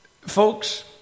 folks